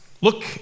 Look